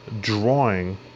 drawing